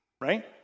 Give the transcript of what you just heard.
right